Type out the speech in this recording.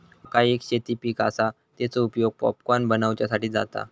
मका एक शेती पीक आसा, तेचो उपयोग पॉपकॉर्न बनवच्यासाठी जाता